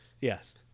Yes